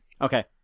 Okay